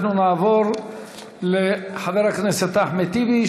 אנחנו נעבור לחבר הכנסת אחמד טיבי,